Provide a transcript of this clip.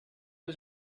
his